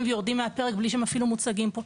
ויורדים מהפרק בלי שהם אפילו מוצגים פה.